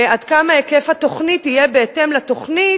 ועד כמה היקף התוכנית יהיה בהתאם לתוכנית,